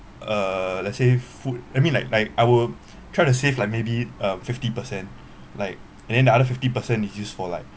uh let's say food I mean like like I will try to save like maybe um fifty percent like and then the other fifty percent is use for like